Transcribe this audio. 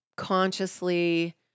consciously